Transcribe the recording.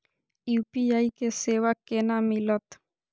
UPI के सेवा केना मिलत?